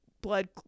blood